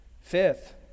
Fifth